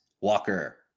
Walker